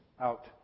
out